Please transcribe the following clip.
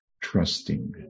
trusting